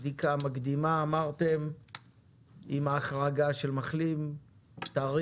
את הבדיקה המקדימה עם ההחרגה של מחלים טרי.